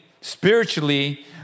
spiritually